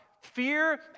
fear